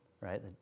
right